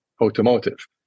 automotive